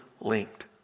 linked